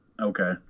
Okay